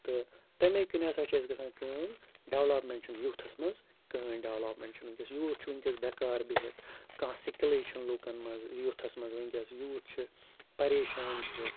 تہٕ تَمے کِنۍ ہَسا چھِ اَسہِ گژھان کٲم ڈیولَپمینٛٹ چھِنہٕ یوٗتھَس منٛز کٕہٕنۍ ڈیولَپمینٛٹ چھِنہٕ وٕنکیٚس یوٗتھ چھُ وٕنکیٚس بیٚکار بِہِتھ کانٛہہ سِکلٕے چھِنہٕ لوٗکَن منٛز یوٗتھَس منٛز وٕنکیٚس یوٗتھ چھِ پریشان چھِ